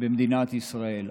במדינת ישראל.